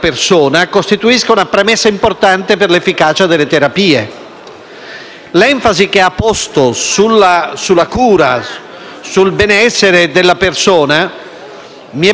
L'enfasi che ha posto sulla cura e sul benessere della persona mi è parso un motivo in più per garantire